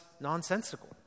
nonsensical